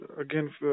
again